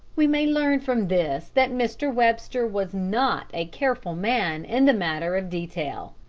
we may learn from this that mr. webster was not a careful man in the matter of detail.